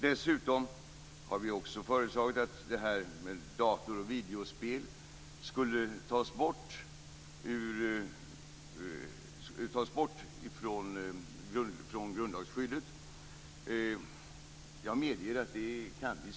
Dessutom har vi föreslagit att data och videospel skall tas bort ur grundlagsskyddet. Jag medger att detta kan diskuteras.